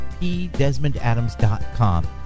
pdesmondadams.com